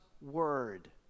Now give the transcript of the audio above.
Word